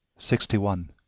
sixty one.